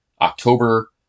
October